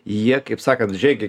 jie kaip sakant žengė